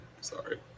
sorry